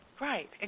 Right